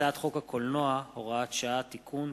והצעת חוק הקולנוע (הוראת שעה) (תיקון),